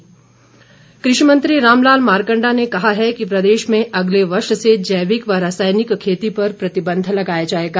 मारकंडा कृषि मंत्री रामलाल मारकंडा ने कहा है कि प्रदेश में अगले वर्ष से जैविक व रासायनिक खेती पर प्रतिबंध लगाया जाएगा